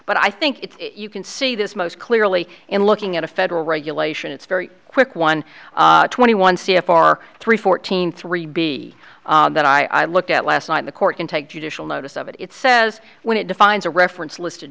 but i think it's you can see this most clearly in looking at a federal regulation it's very quick one twenty one c f r three fourteen three b that i looked at last night the court can take judicial notice of it it says when it defines a reference list a